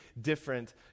different